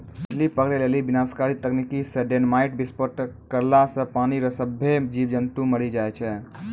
मछली पकड़ै लेली विनाशकारी तकनीकी से डेनामाईट विस्फोट करला से पानी रो सभ्भे जीब जन्तु मरी जाय छै